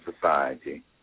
society